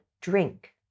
drink